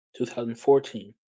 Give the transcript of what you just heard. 2014